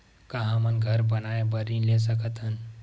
का हमन घर बनाए बार ऋण ले सकत हन?